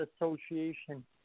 association